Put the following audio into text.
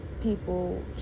people